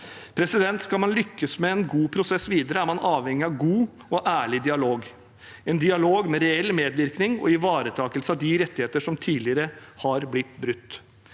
høres. Skal man lykkes med en god prosess videre, er man avhengig av god og ærlig dialog, en dialog med reell medvirkning og ivaretakelse av de rettigheter som tidligere har blitt brutt.